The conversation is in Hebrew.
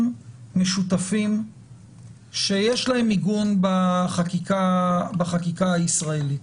משותפים שיש להם עיגון בחקיקה הישראלית.